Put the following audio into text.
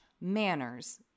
manners